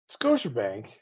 Scotiabank